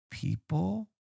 People